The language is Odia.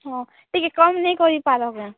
ହଁ ଟିକେ କମ୍ ନେଇଁ କରି ପାରକେଁ